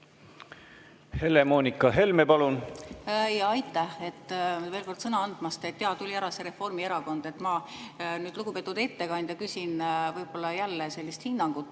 Helle-Moonika Helme, palun! Aitäh veel kord sõna andmast! Jaa, tuli ära see Reformierakond. Ma nüüd, lugupeetud ettekandja, küsin võib-olla jälle sellist hinnangut.